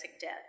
death